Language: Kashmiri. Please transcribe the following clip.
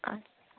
اَدسا